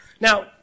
Now